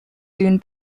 soon